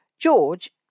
George